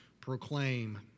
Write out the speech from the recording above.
proclaim